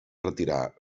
retirar